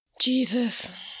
Jesus